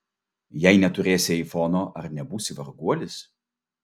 jei neturėsi aifono ar nebūsi varguolis